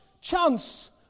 chance